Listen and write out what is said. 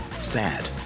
sad